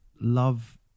love